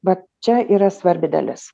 vat čia yra svarbi dalis